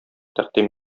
тәкъдим